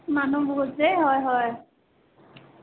মানুহ বহুত যে হয় হয়